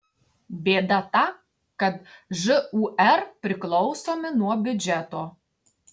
bėda ta kad žūr priklausomi nuo biudžeto